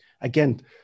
again